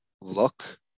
look